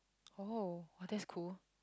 orh but that's cool